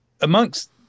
amongst